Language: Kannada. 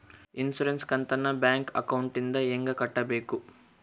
ಇನ್ಸುರೆನ್ಸ್ ಕಂತನ್ನ ಬ್ಯಾಂಕ್ ಅಕೌಂಟಿಂದ ಹೆಂಗ ಕಟ್ಟಬೇಕು?